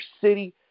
city